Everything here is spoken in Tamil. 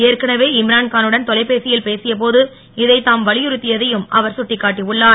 ஏற்கனவே இம்ரான் காலுடன் தொலைபேசியில் பேசிய போது இதை தாம் வலியுறுத்தியதையும் அவர் கட்டிக்காட்டி உள்ளார்